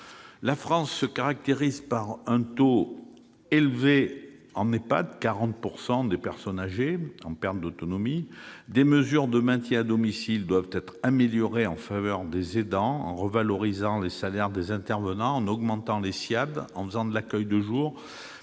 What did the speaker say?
La France se caractérise par un taux élevé en EHPAD : 40 % des personnes âgées en perte d'autonomie. Des mesures de maintien à domicile doivent être améliorées en faveur des aidants, en revalorisant les salaires des intervenants, en augmentant les SSIAD, en mettant en place de l'accueil de jour,